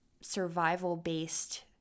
survival-based